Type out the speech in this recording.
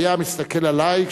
והיה מסתכל עלי,